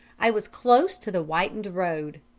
i was close to the whitened road.